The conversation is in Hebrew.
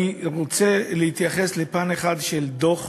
אני רוצה להתייחס לפן אחד של דוח